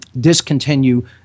discontinue